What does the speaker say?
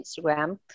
instagram